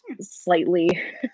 slightly